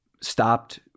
stopped